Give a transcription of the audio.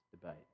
debate